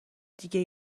دیگه